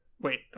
Wait